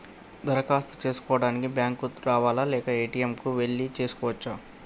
దరఖాస్తు చేసుకోవడానికి బ్యాంక్ కు రావాలా లేక ఏ.టి.ఎమ్ కు వెళ్లి చేసుకోవచ్చా?